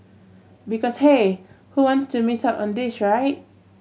because hey who wants to miss out on this right